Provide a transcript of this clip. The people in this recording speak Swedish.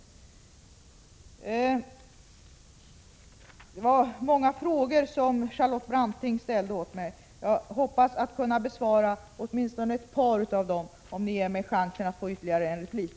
Det var många frågor Charlotte Branting ställde. Jag hoppas kunna besvara åtminstone ett par av dem om ni ger mig chansen att få ytterligare en replik.